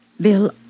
Bill